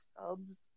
subs